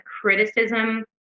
criticism